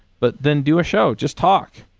but then do a show. just talk.